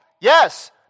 Yes